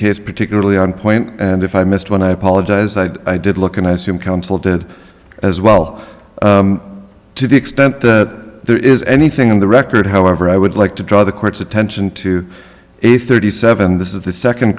case particularly on point and if i missed one i apologize i did look and i assume counsel did as well to the extent that there is anything on the record however i would like to draw the court's attention to a thirty seven this is the second